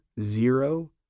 zero